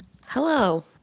Hello